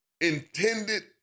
intended